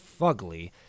fugly